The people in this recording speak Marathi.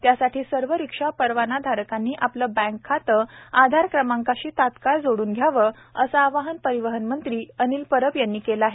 त्यासाठी सर्व रिक्षा परवाना धारकांनी आपलं बँक खातं आधार क्रमांकाशी तात्काळ जोडून घ्यावं असन आवाहन परिवहन मंत्री अनिल परब यांनी केलं आहे